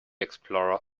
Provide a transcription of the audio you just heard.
explorer